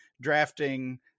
drafting